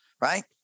right